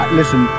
listen